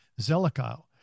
Zelikow